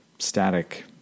Static